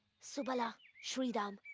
subala! sridham!